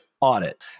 audit